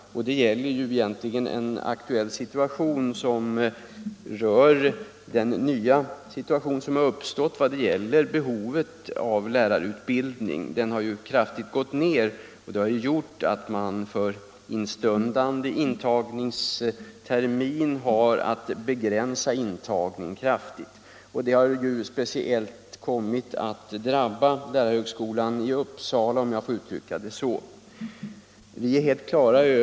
Den avser egentligen den nya situation som uppstått när det gäller behovet av lärarutbildningen. Det har ju kraftigt gått ned, något som gjort att man inför instundande intagningstermin har att begränsa intagningen kraftigt. Det har speciellt kommit att drabba, om jag får uttrycka det så, lärarhögskolan i Uppsala.